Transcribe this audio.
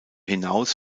hinaus